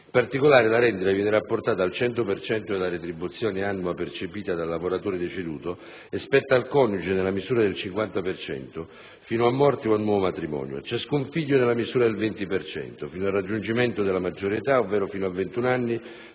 In particolare, la rendita viene rapportata al cento per 100 della retribuzione annua percepita dal lavoratore deceduto e spetta al coniuge nella misura del 50 per cento fino a morte o a nuovo matrimonio; a ciascun figlio, nella misura del 20 per cento, fino al raggiungimento della maggiore età ovvero fino a 21 anni